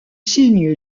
signe